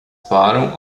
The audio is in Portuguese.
param